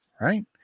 Right